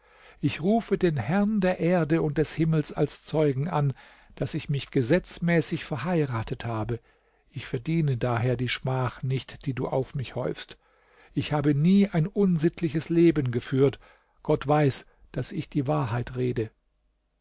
ich rufe den herrn der erde und des himmels als zeugen an daß ich mich gesetzmäßig verheiratet habe ich verdiene daher die schmach nicht die du auf mich häufst ich habe nie ein unsittliches leben geführt gott weiß daß ich die wahrheit rede